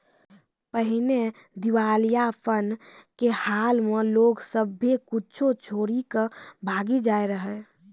पहिने दिबालियापन के हाल मे लोग सभ्भे कुछो छोरी के भागी जाय रहै